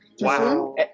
Wow